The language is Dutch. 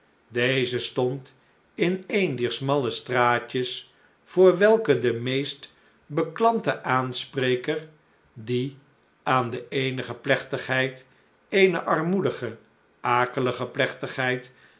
deze stond in een dier smalle straatjes voor welke de meest beklante aanspreker die aan de eenige plechtigheid eene armoedige akelige plechtigheid